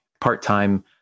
part-time